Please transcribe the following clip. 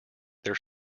their